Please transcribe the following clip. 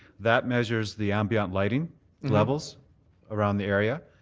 that measures the ambient lighting levels around the area.